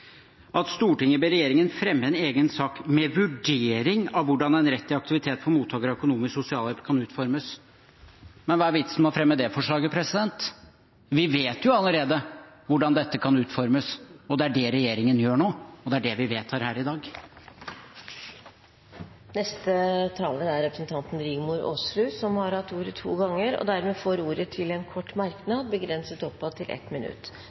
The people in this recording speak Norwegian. ber regjeringen fremme en egen sak med vurdering av hvordan en rett til aktivitet for mottakere av økonomisk sosialhjelp kan utformes.» Men hva er vitsen med å fremme det forslaget? Vi vet jo allerede hvordan dette kan utformes, og det er det regjeringen gjør nå, og det er det vi vedtar her i dag. Representanten Rigmor Aasrud har hatt ordet to ganger tidligere og får ordet til en kort merknad, begrenset til 1 minutt.